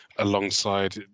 Alongside